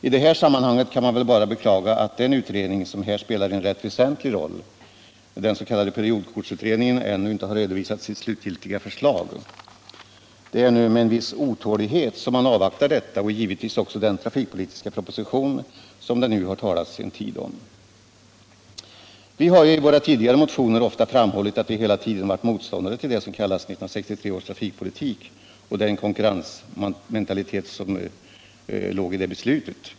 I det här sammanhanget kan man väl bara beklaga att den utredning som spelar en rätt väsentlig roll för trafikpolitiken, den s.k. periodkortsutredningen, ännu inte.har redovisat sit slutgiltiga förslag. Det är nu med en viss otålighet som man avvaktar detta förslag, och givetvis också den trafikpolitiska propositionen, som det nu under en tid har talats om. Vi från vpk har i våra tidigare motioner ofta framhållit att vi hela tiden varit motståndare till det som kallas 1963 års trafikpolitik och den konkurrensmentalitet som låg i det beslutet.